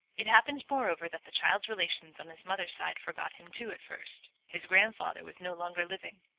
it happened moreover that the child's relations on his mother's side forgot him too at first. his grandfather was no longer living,